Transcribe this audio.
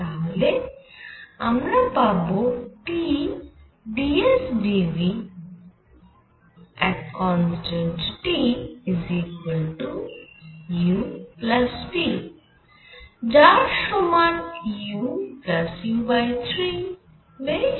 তাহলে আমরা পাবো TdSdVTu P যার সমান uu3 বেশ